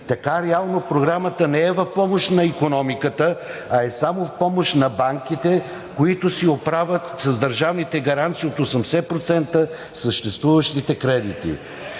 Така реално програмата не е в помощ на икономиката, а е само в помощ на банките, които си оправят с държавните гаранции от 80% съществуващите кредити.